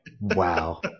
Wow